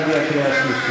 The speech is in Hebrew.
עוד מעט תגיע קריאה שלישית.